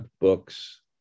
books